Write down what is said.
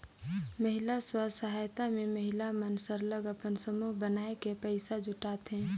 महिला स्व सहायता समूह में महिला मन सरलग अपन समूह बनाए के पइसा जुटाथें